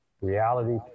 Reality